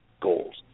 goals